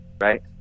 right